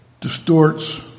distorts